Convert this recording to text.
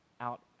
out